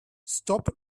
stop